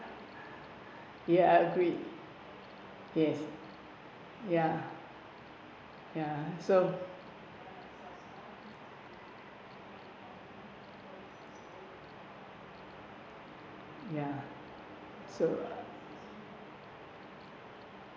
ya I agree yes ya ya so ya so